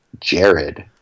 Jared